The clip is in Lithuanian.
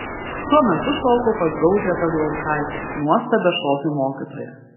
tuo metu šokau pas gaudrę kazlauskaitę nuostabią šokių mokytoją